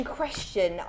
question